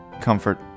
comfort